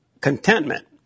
contentment